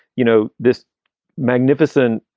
you know, this magnificent,